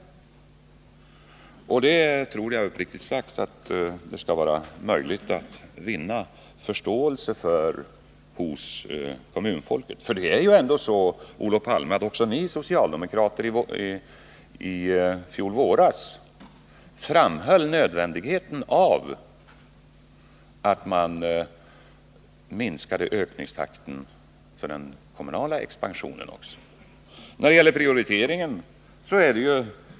Uppriktigt sagt tror jag att det skall vara möjligt att vinna förståelse för detta hos kommunfolket. Det är ju ändå så, Olof Palme, att också ni socialdemokrater i fjol våras framhöll nödvändigheten av att minska ökningstakten för den kommunala expansionen.